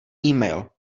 email